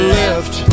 left